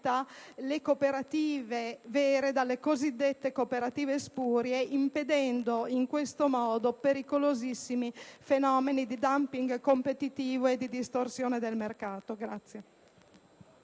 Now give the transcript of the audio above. le cooperative vere dalle cosiddette cooperative spurie, impedendo in questo modo pericolosissimi fenomeni di *dumping* competitivo e di distorsione del mercato.